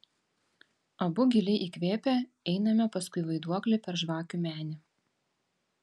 abu giliai įkvėpę einame paskui vaiduoklį per žvakių menę